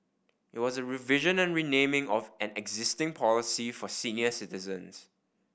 it was a revision and renaming of an existing policy for senior citizens